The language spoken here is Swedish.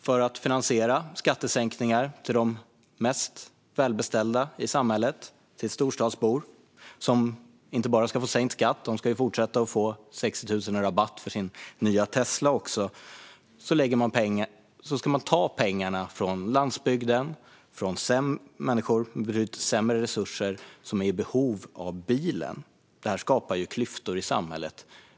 För att finansiera skattesänkningar till de mest välbeställda i samhället - till storstadsbor som inte bara ska få sänkt skatt utan även i fortsättningen ska få 60 000 i rabatt på sin nya Tesla - ska man ta pengar från landsbygden, från människor med lite sämre resurser som är i behov av bil. Detta skapar klyftor i samhället.